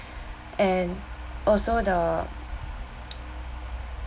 and also the